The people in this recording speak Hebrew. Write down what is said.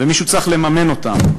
ומישהו צריך לממן אותם.